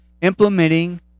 implementing